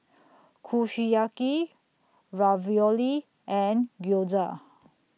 Kushiyaki Ravioli and Gyoza